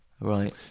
Right